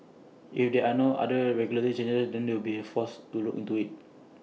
if there are no other regulatory changes then we'll be forced to look into IT